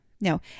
no